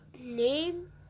name